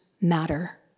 matter